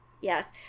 Yes